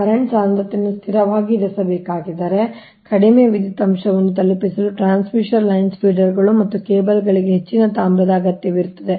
current ಸಾಂದ್ರತೆಯನ್ನು ಸ್ಥಿರವಾಗಿ ಇರಿಸಬೇಕಾದರೆ ಕಡಿಮೆ ವಿದ್ಯುತ್ ಅಂಶವನ್ನು ತಲುಪಿಸಲು ಟ್ರಾನ್ಸ್ಮಿಷನ್ ಲೈನ್ಸ್ ಫೀಡರ್ಗಳು ಮತ್ತು ಕೇಬಲ್ಗಳಿಗೆ ಹೆಚ್ಚಿನ ತಾಮ್ರದ ಅಗತ್ಯವಿರುತ್ತದೆ